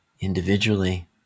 individually